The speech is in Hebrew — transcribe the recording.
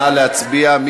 נא להצביע.